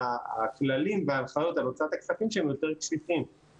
הכללים והנחיות על הוצאת הכספים שם יותר קשיחים.